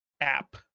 app